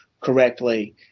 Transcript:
correctly